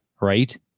right